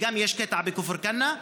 וגם יש קטע בכפר כנא,